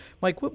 Mike